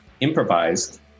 improvised